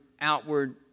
outward